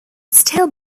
still